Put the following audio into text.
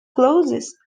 closes